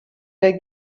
der